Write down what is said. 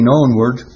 onward